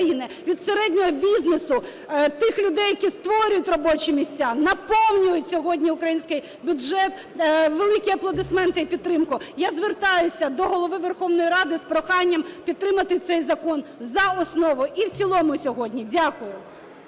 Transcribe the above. від середнього бізнесу – тих людей, які створюють робочі місця, наповнюють сьогодні український бюджет, великі аплодисменти і підтримку. Я звертаюся до Голови Верховної Ради з проханням підтримати цей закон за основу і в цілому сьогодні. Дякую.